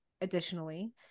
Additionally